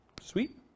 Sweet